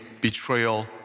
betrayal